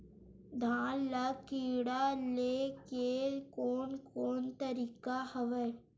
धान ल कीड़ा ले के कोन कोन तरीका हवय?